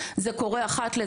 זה קורה אחת ל,